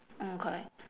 mm correct